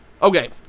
Okay